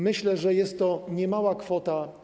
Myślę, że jest to niemała kwota.